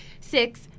Six